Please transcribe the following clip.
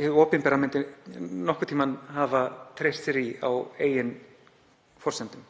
hið opinbera myndi nokkurn tímann hafa treyst sér í á eigin forsendum.